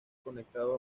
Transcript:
conectado